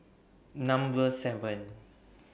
Number seven